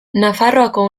nafarroako